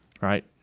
right